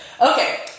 Okay